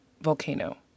volcano